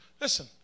Listen